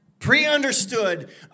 Pre-understood